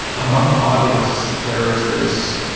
among hobbyists there is this,